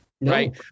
right